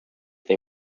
they